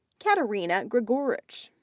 katarina gregurich,